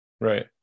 Right